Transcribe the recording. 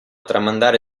tramandare